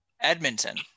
Edmonton